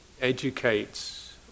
educates